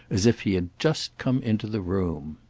as if he had just come into the room.